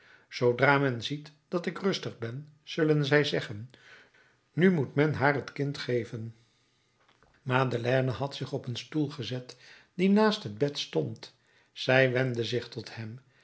zoodra men ziet dat ik rustig ben zullen zij zeggen nu moet men haar het kind geven madeleine had zich op een stoel gezet die naast het bed stond zij wendde zich tot hem